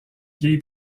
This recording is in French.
gabe